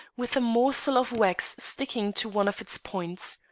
with a morsel of wax sticking to one of its points.